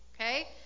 okay